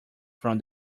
from